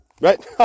right